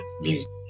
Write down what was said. music